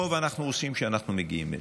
טוב אנחנו עושים שאנחנו מגיעים אליהם.